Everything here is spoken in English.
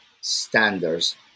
standards